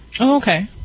Okay